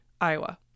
Iowa